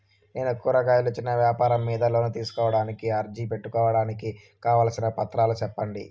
నేను కూరగాయలు చిన్న వ్యాపారం మీద లోను తీసుకోడానికి అర్జీ పెట్టుకోవడానికి కావాల్సిన పత్రాలు సెప్పండి?